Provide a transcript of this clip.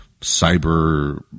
cyber